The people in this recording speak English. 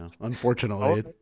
Unfortunately